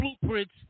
blueprints